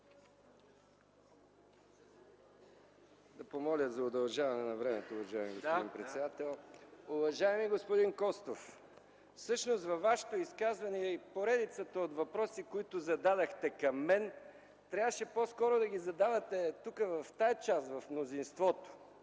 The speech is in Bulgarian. Ще помоля за удължаване на времето, уважаеми господин председател. Уважаеми господин Костов, всъщност във Вашето изказване е и поредицата от въпроси, които зададохте към мен. Трябваше по скоро да ги задавате тук, в тази част, в мнозинството